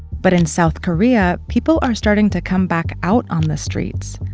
but in south korea, people are starting to come back out on the streets.